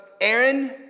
Aaron